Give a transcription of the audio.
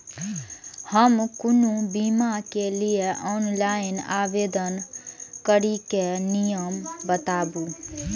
हम कोनो बीमा के लिए ऑनलाइन आवेदन करीके नियम बाताबू?